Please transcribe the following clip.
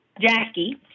Jackie